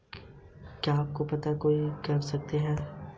क्या आप कोई संपार्श्विक जमा कर सकते हैं?